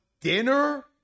dinner